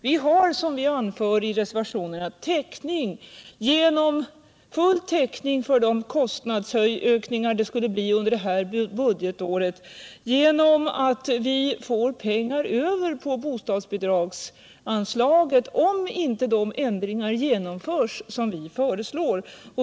Vi har som vi anförde i reservationen full täckning för de kostnadsökningar som det skulle bli under det här budgetåret, genom att vi får pengar över på bostadsbidragsanslaget om inte de ändringar genomförs som ni föreslår.